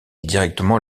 directement